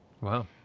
Wow